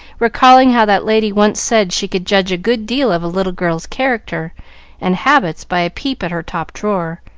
recalling how that lady once said she could judge a good deal of a little girl's character and habits by a peep at her top drawer,